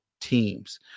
teams